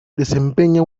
desempeña